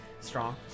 strong